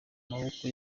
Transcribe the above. maboko